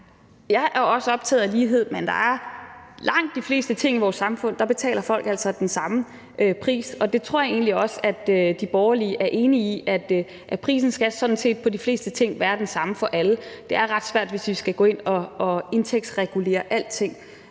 Jeg er også optaget af lighed, men ved langt de fleste ting i vores samfund betaler folk altså den samme pris, og det tror jeg egentlig også de borgerlige er enige i, altså at prisen sådan set skal være den samme for alle på de fleste ting. Det er ret svært, hvis vi skal gå ind og indtægtsregulere alting,